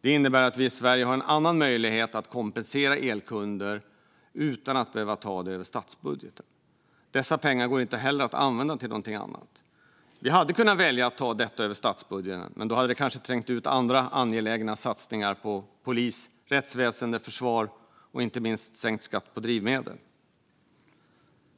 Det innebär att vi i Sverige har en annan möjlighet att kompensera elkunder utan att behöva ta det över statsbudgeten. Dessa pengar går inte heller att använda till något annat. Vi hade kunnat välja att ta detta över statsbudgeten, men då hade det kanske trängt ut andra angelägna satsningar på polis, rättsväsen, försvar och, inte minst, sänkt skatt på drivmedel.